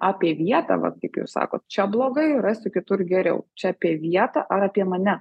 apie vietą vat kaip jūs sakot čia blogai rasiu kitur geriau čia apie vietą ar apie mane